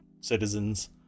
citizens